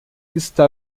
está